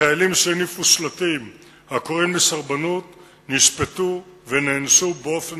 החיילים שהניפו שלטים הקוראים לסרבנות נשפטו ונענשו באופן